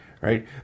right